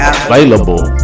available